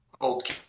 old